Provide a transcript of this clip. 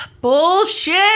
Bullshit